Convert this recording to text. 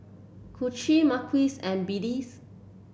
Kacie Marquis and